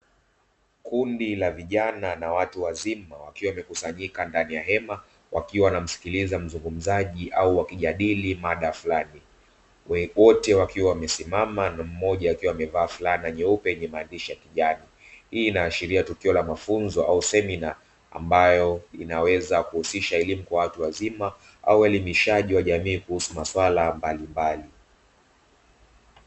Kundi la vijana na watu wazima wakiwa wamekusanyika ndani ya hema, wakiwa wanamsikiliza mzungumzaji au wakijadili mada fulani wote wakiwa wamesimama, na mmoja akiwa amevaa fulana nyeupe yenye maandishi ya kijani hii inaashiria tukio la mafunzo au semina, ambayo inaweza kuhusisha elimu kwa watu wazima au elimishaji wa jamii kuhusu masuala mbalimbali.